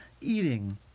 eating